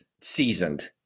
seasoned